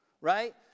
right